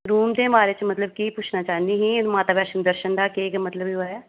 room दे बारे च मतलब के पुच्छना चांह्दी ही माता वैष्णो दर्शन दा केह् केह् मतलब ओह् ऐ